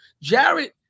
Jared